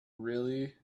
really